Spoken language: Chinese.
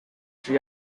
本质